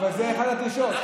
אבל זו אחת הדרישות.